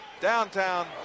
downtown